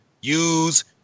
use